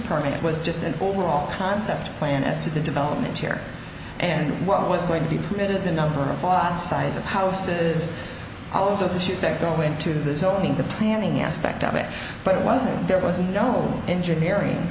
permit was just an overall concept plan as to the development here and what was going to be permitted the number of pot size houses all of those issues that go into this knowing the planning aspect of it but it was there wasn't no engineering